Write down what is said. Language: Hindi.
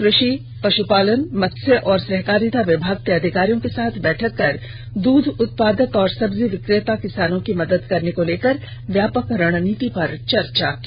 कृषि मंत्री बादल ने रांची में कृषिपश्पालन मत्स्य और सहकारिता विभाग के अधिकारियों के साथ बैठक कर दूध उत्पादक और सब्जी विक्रेता किसानों को मदद करने को लेकर व्यापक रणनीति पर चर्चा की